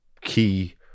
key